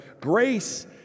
Grace